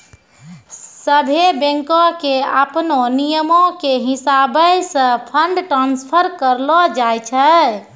सभ्भे बैंको के अपनो नियमो के हिसाबैं से फंड ट्रांस्फर करलो जाय छै